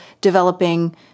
developing